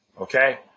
Okay